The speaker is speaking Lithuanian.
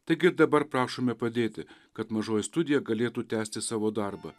taigi dabar prašome padėti kad mažoji studija galėtų tęsti savo darbą